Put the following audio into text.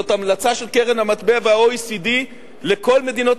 זו המלצה של קרן המטבע וה-OECD לכל מדינות